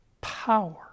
power